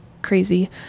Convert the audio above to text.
Crazy